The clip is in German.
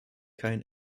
kein